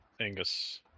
Angus